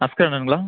ask அண்ணனுங்களா